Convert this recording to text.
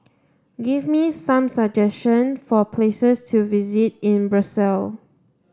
give me some suggestion for places to visit in Brussel